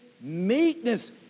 meekness